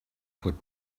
could